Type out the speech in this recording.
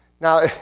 Now